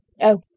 Oh